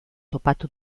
topatu